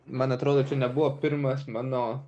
man atrodo čia nebuvo pirmas mano